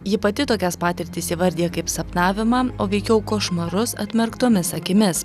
ji pati tokias patirtis įvardija kaip sapnavimą o veikiau košmarus atmerktomis akimis